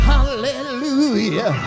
Hallelujah